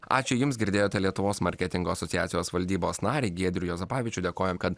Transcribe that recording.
ačiū jums girdėjote lietuvos marketingo asociacijos valdybos narį giedrių juozapavičių dėkojam kad